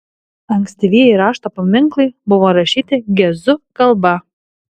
ankstyvieji rašto paminklai buvo rašyti gezu kalba